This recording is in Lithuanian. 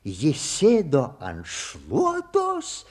ji sėdo ant šluotos